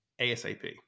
ASAP